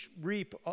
reap